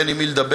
אין עם מי לדבר,